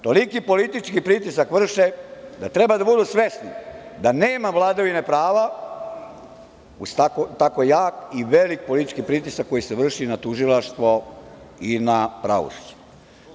Toliki politički pritisak vrše da treba da budu svesni da nema vladavine prava uz tako jak i velik politički pritisak koji se vrši na tužilaštvo i na pravosuđe.